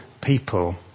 people